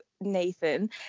Nathan